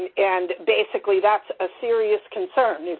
and, basically, that's a serious concern.